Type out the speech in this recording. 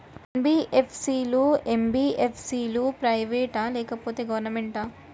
NBFC లు, MBFC లు private ఆ లేకపోతే గవర్నమెంటా?